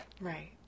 Right